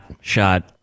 shot